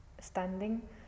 standing